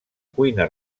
cuina